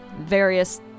various